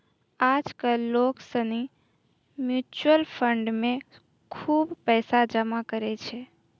आज कल लोग सनी म्यूचुअल फंड मे खुब पैसा जमा करै छै